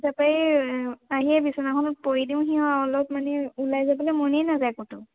তাৰপৰা এই আহিয়ে বিছনাখনত পৰি দিওঁহি আৰু অলপ মানে ওলাই যাবলে মনেই নাযায় ক'তো